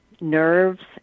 nerves